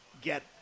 get